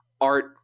art